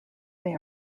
they